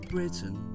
Britain